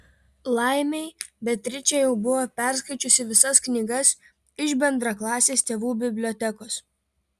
laimei beatričė jau buvo perskaičiusi visas knygas iš bendraklasės tėvų bibliotekos